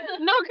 no